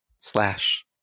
slash